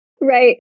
Right